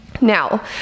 Now